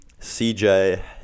CJ